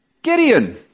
Gideon